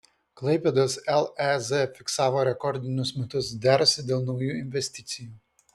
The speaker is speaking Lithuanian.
klaipėdos lez fiksavo rekordinius metus derasi dėl naujų investicijų